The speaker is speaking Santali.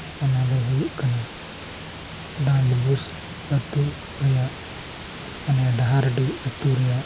ᱚᱱᱟ ᱫᱚ ᱦᱩᱭᱩᱜ ᱠᱟᱱᱟ ᱰᱟᱸᱰᱵᱚᱥ ᱟᱛᱳ ᱨᱮᱭᱟᱜ ᱢᱟᱱᱮ ᱰᱟᱦᱟᱨᱰᱤ ᱟᱛᱳ ᱨᱮᱭᱟᱜ